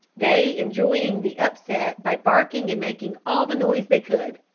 they enjoying the upset by barking and making all the noise they could.